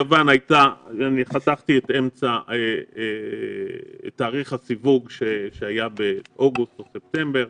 לגבי יוון - אני חתכתי את תאריך הסיווג שהיה באוגוסט או ספטמבר,